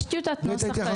יש טיוטת נוסח.